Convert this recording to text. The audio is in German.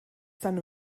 seine